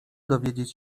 dowiedzieć